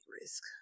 risk